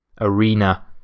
arena